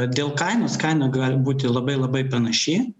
dėl kainos kaina gali būti labai labai panaši